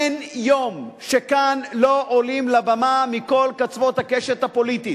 אין יום שלא עולים כאן לבמה מכל קצוות הקשת הפוליטית,